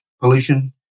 pollution